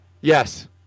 Yes